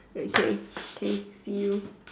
okay okay see you